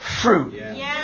fruit